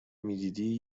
میدیدی